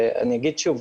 אני אגיד שוב,